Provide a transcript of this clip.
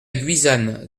guisane